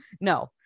No